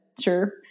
sure